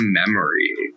memory